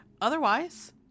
Otherwise